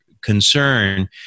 concern